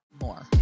more